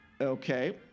Okay